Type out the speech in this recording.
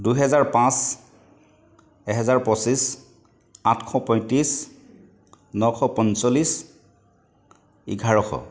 দুহেজাৰ পাঁচ এজেহাৰ পঁচিছ আঠশ পয়ত্ৰিছ নশ পঞ্চল্লিছ এঘাৰশ